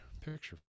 picture